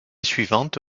suivante